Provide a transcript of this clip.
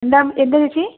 എന്താ എന്താ ചേച്ചി